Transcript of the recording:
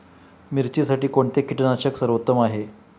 मिरचीसाठी कोणते कीटकनाशके सर्वोत्तम आहे?